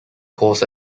course